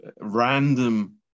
random